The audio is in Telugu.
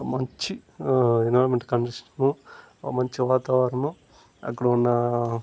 మంచి ఎన్విరాన్మెంట్ కండీషను మంచి వాతావరణం అక్కడ ఉన్నా